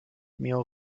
mir